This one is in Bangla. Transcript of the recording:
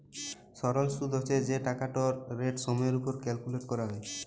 সরল সুদ্ হছে যে টাকাটর রেট সময়ের উপর ক্যালকুলেট ক্যরা হ্যয়